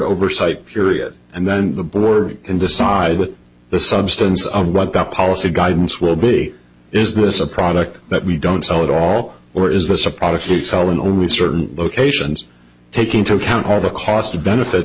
oversight period and then the board can decide with the substance of what the policy guidance will be is this a product that we don't sell at all or is this a product that sell in only certain locations take into account all the cost benefits